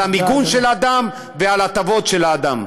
על המיגון של האדם ועל ההטבות של האדם.